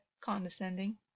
condescending